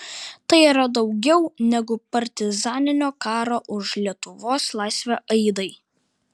tai yra daugiau negu partizaninio karo už lietuvos laisvę aidai